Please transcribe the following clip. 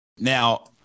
Now